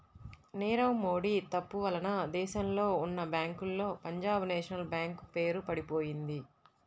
నీరవ్ మోడీ తప్పు వలన దేశంలో ఉన్నా బ్యేంకుల్లో పంజాబ్ నేషనల్ బ్యేంకు పేరు పడిపొయింది